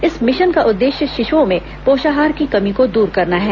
इस मिशन का उद्देश्य शिशुओं में पोषाहार की कमी को दूर करना है